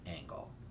angle